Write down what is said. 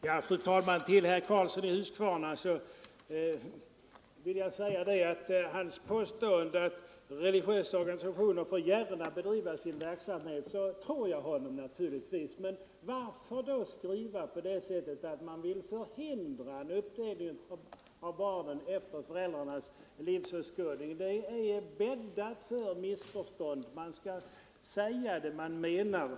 Fru talman! När herr Karlsson i Huskvarna påstår att religiösa organisationer gärna får bedriva sin verksamhet, tror jag honom naturligtvis. Men varför då skriva att man vill ”förhindra en uppdelning av barnen efter föräldrarnas livsåskådning”? Det är bäddat för missförstånd. Man skall säga det man menar.